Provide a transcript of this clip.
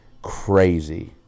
crazy